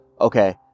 okay